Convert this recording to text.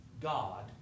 God